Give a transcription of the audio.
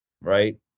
right